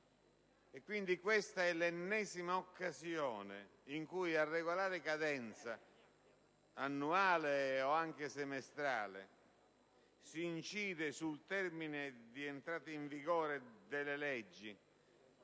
questa è l'ennesima occasione in cui, a regolare cadenza annuale, o anche semestrale, si incide sul termine di entrata in vigore delle leggi